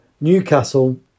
Newcastle